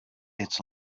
its